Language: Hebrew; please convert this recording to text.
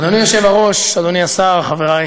אדוני היושב-ראש, אדוני השר, חברי